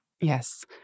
Yes